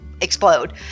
explode